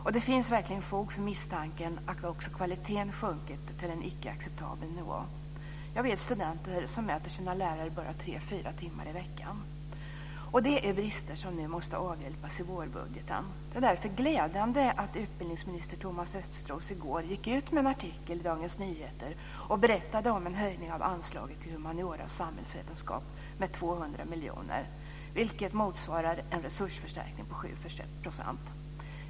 Och det finns verkligen fog för misstanken att också kvaliteten har sjunkit till en icke acceptabel nivå. Jag vet studenter som möter sina lärare bara tre fyra timmar i veckan. Detta är brister som nu måste avhjälpas i vårbudgeten. Det är därför glädjande att utbildningsminister Thomas Östros i går gick ut med en artikel i Dagens Nyheter och berättade om en höjning av anslaget till humaniora och samhällsvetenskap med 200 miljoner, vilket motsvarar en resursförstärkning på 7 %.